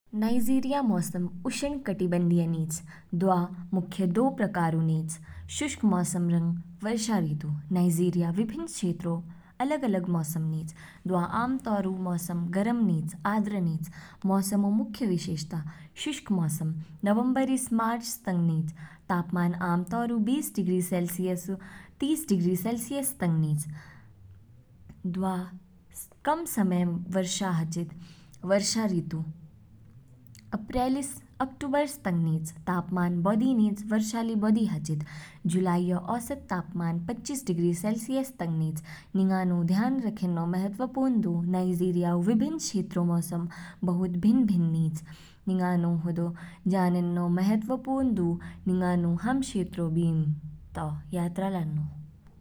नाइजीरिया मौसम उष्णकटिबंधीय निच, दवा मुख्य दो प्रकार ऊ निच, शुष्क मौसम रंग वर्षा ऋतु। नाइजीरिया विभिन्न क्षेत्रों अलग अलग मोसम निच दवा आम तौर ऊ मौसम गर्म निच आर्द्र निच। मौसम ऊ मुख्य विशेषताएं, शुष्क मौसम, नवंबर स मार्च तंग निच, तापमान आमतौर ऊ बीस डिग्री सेलसियस तीस डिग्री सेलसियस तंग निच, दवा कम समय वर्षा हाचिद। वर्षा ऋतु अप्रैल ईस अक्टूबर तंग निच, तापमान बौधि निच। वर्षा ली बौधि हाचिद, जुलाईऔ औसत तापमान पच्चीस डिग्री सेलसियस तंग निच। निंगानु ध्यान रखेन्नौ महत्वपूर्ण दु नाइजीरिया ऊ विभिन्न क्षेत्रों मौसम बहुत भिन्न भिन्न निच, निंगानु हदौ जानेन्नो महत्वपूर्ण दु निंगानु हाम क्षेत्रों बीम तो यात्रा लान्नौ।